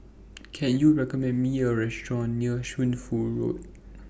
Can YOU recommend Me A Restaurant near Shunfu Road